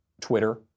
Twitter